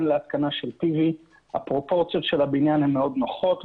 להתקנה של PV. הפרופורציות של הבניין הן מאוד נוחות,